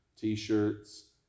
t-shirts